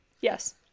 yes